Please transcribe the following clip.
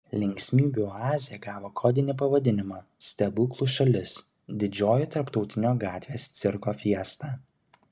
linksmybių oazė gavo kodinį pavadinimą stebuklų šalis didžioji tarptautinio gatvės cirko fiesta